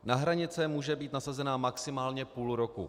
Na hranice může být nasazena maximálně půl roku.